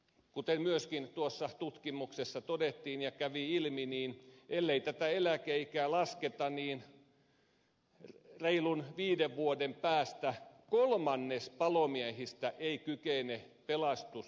kuten myöskin tuossa tutkimuksessa todettiin ja kävi ilmi ellei tätä eläkeikää lasketa niin reilun viiden vuoden päästä kolmannes palomiehistä ei kykene pelastussukeltamaan